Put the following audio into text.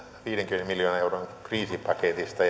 viidenkymmenen miljoonan euron kriisipaketista